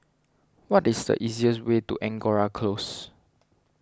what is the easiest way to Angora Close